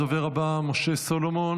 הדובר הבא הוא משה סולומון,